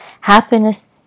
happiness